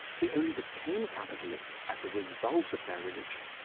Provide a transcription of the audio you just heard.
they only became capitalists as a result of their religion.